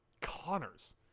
Connors